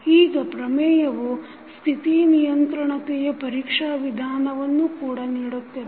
ಈಗ ಪ್ರಮೇಯವು ಸ್ಥಿತಿ ನಿಯಂತ್ರಣತೆಯ ಪರೀಕ್ಷಾ ವಿಧಾನವನ್ನು ಕೂಡ ನೀಡುತ್ತದೆ